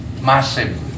massive